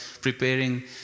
preparing